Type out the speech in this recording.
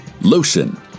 Lotion